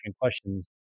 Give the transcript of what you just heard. questions